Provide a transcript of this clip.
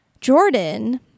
Jordan